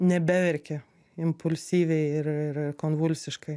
nebeverki impulsyviai ir ir ir konvulsiškai